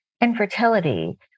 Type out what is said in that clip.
Infertility